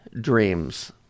dreams